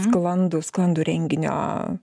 sklandų sklandų renginio